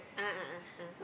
a'ah a'ah a'ah